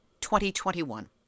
2021